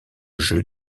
jeu